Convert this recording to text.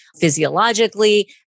physiologically